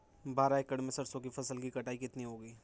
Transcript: बारह एकड़ में सरसों की फसल की कटाई कितनी होगी?